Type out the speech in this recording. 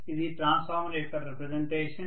ఇది ట్రాన్స్ఫార్మర్ యొక్క రెప్రజంటేషన్